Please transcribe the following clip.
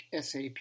SAP